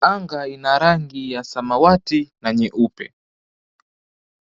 Anga ina rangi ya samawati na nyeupe.